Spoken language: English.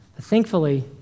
Thankfully